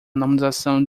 normalização